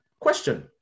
Question